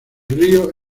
río